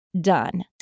done